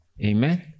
amen